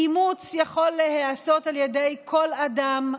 אימוץ יכול להיעשות על ידי כל אדם,